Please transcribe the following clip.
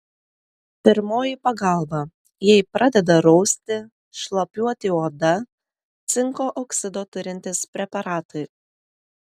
pirmoji pagalba jei pradeda rausti šlapiuoti oda cinko oksido turintys preparatai